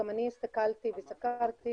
גם אני הסתכלתי וסקרתי,